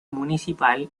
municipal